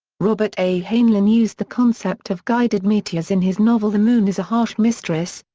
robert a. heinlein used the concept of guided meteors in his novel the moon is a harsh mistress,